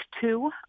two